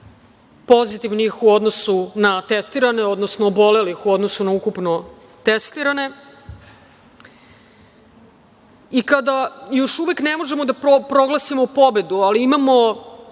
pozitivnih u odnosu na testirane, odnosno obolelih u odnosu na ukupno testirane. I kada još uvek ne možemo da proglasimo pobedu, ali imamo